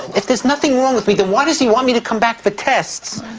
if there's nothing wrong with me, then why does he want me to come back for tests?